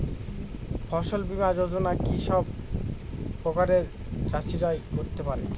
ফসল বীমা যোজনা কি সব প্রকারের চাষীরাই করতে পরে?